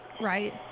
Right